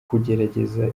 kugerageza